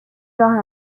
راه